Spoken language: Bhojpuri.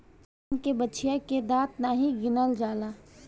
दान के बछिया के दांत नाइ गिनल जाला